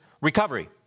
recovery